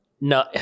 No